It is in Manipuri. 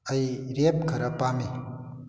ꯑꯩ ꯔꯦꯞ ꯈꯔ ꯄꯥꯝꯏ